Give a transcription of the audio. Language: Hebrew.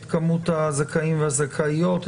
את כמות הזכאים והזכאיות,